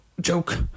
joke